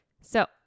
So-